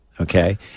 Okay